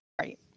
Right